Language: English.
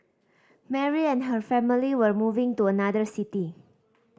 Mary and her family were moving to another city